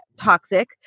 toxic